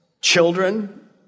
children